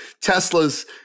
Tesla's